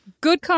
good